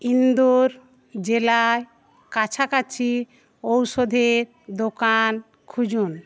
ইন্দোর জেলায় কাছাকাছি ঔষধের দোকান খুঁজুন